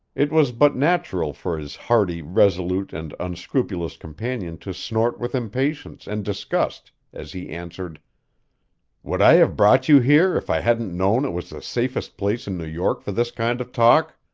it was but natural for his hardy, resolute, and unscrupulous companion to snort with impatience and disgust as he answered would i have brought you here if i hadn't known it was the safest place in new york for this kind of talk?